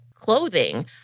clothing